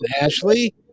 Ashley